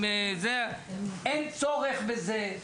אין צורך בזה.